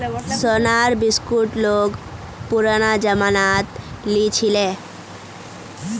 सोनार बिस्कुट लोग पुरना जमानात लीछीले